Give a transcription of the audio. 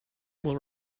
will